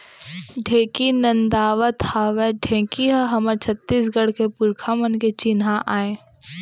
ढेंकी नदावत हावय ढेंकी ह हमर छत्तीसगढ़ के पुरखा मन के चिन्हा आय